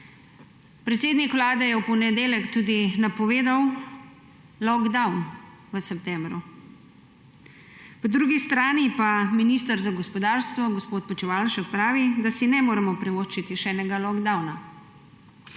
Predsednik Vlade je v ponedeljek tudi napovedal lockdown v septembru, po drugi strani pa minister za gospodarstvo gospod Počivalšek pravi, da si ne moremo privoščiti še enega lockdowna.